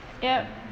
yup